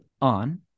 on